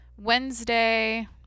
Wednesday